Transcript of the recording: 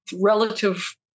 relative